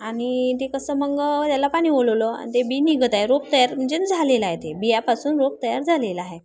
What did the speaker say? आणि ते कसं मग त्याला पाणी ओलवलं आणि ते बी निघत आहे रोप तयार म्हणजे झालेलं आहे ते बियापासून रोप तयार झालेलं आहे